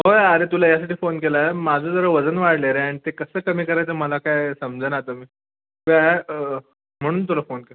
होय अरे तुला यासाठी फोन केला माझं जरा वजन वाढलं आहे रे आणि ते कसं कमी करायचं मला काय समजंना आता मी तर म्हणून तुला फोन केला